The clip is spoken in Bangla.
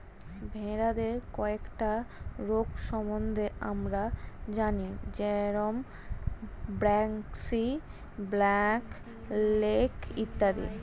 ভেড়াদের কয়েকটা রোগ সম্বন্ধে আমরা জানি যেরম ব্র্যাক্সি, ব্ল্যাক লেগ ইত্যাদি